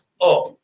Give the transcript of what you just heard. up